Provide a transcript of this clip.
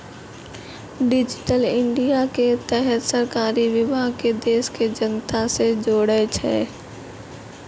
digital India के तहत सरकारी विभाग के देश के जनता से जोड़ै छै